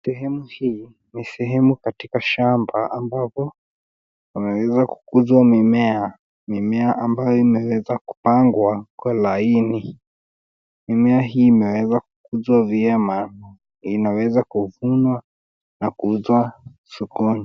Sehemu hii ni sehemu katika shamba ambapo wameweza kukuza mimea mimea ambayo imeweza kupangwa kwa laini. Mimea hii imeweza kukuzwa vyema na inaweza kuvunwa na kuuzwa sokoni.